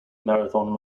marathon